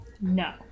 no